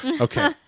Okay